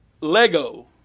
lego